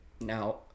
Now